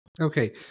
Okay